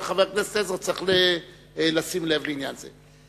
אבל, חבר הכנסת עזרא, צריך לשים לב לעניין זה.